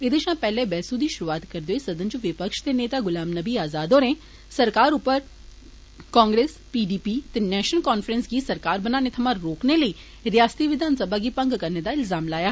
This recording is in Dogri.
एहदे षा पैहले बैहसू दी षुरूआत करदे होई सदन च विपक्ष दे नेता गुलाम नबी आजाद होरें सरकार उप्पर कांग्रेस पीडीपी ते नैषनल कांफ्रैंस गी सरकार बनाने थमां रोकने लेई रियासती विधानसभा गी भंग करने दा इलज़ाम लाया